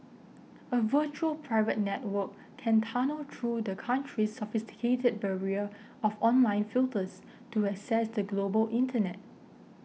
a virtual private network can tunnel through the country's sophisticated barrier of online filters to access the global Internet